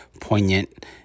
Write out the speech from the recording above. poignant